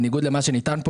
בניגוד למה שנטען פה,